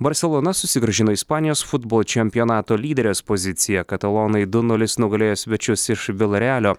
barselona susigrąžino ispanijos futbolo čempionato lyderės poziciją katalonai du nulis nugalėjo svečius iš vilarealio